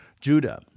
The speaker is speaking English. Judah